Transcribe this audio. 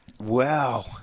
Wow